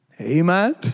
Amen